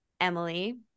Emily